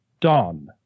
Dawn